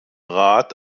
rat